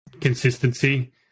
consistency